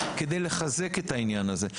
כדי לחזק את העניין הזה.